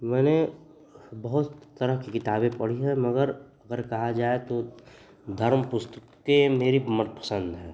मैंने बहुत तरह की किताबें पढ़ी हैं मगर अगर कहा जाए तो धर्म पुस्तकें मेरी मनपसन्द हैं